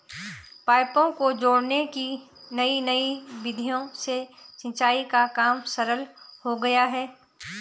पाइपों को जोड़ने की नयी नयी विधियों से सिंचाई का काम सरल हो गया है